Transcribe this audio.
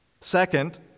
Second